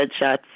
headshots